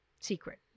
secret